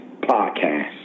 Podcast